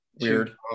weird